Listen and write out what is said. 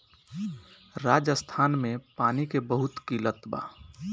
राजस्थान में पानी के बहुत किल्लत बा